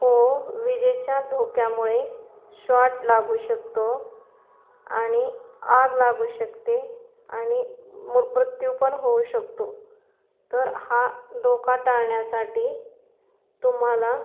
हो विजेच्या धोक्यामुळे शॉट लागू शकतो आणि आग लागू शकते आणि मृ मृत्यू पण होऊ शकतो तर हा धोका टाळण्यासाठी तुम्हाला